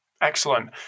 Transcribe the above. excellent